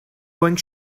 going